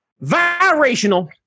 vibrational